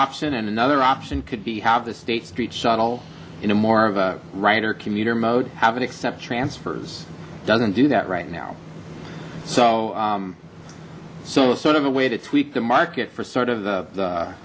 option and another option could be have the state street shuttle in a more of a writer commuter mode have it accept transfers doesn't do that right now so so sort of a way to tweak the market for sort of the